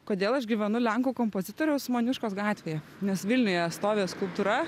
kodėl aš gyvenu lenkų kompozitoriaus moniuškos gatvėje nes vilniuje stovi skulptūra